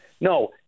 No